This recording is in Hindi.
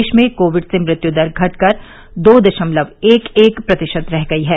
देश में कोविड से मृत्यु दर घटकर दो दशमलव एक एक प्रतिशत रह गई है